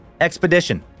expedition